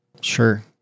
Sure